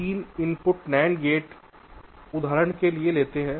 तीन input NAND gate उदाहरण के लिए लेते हैं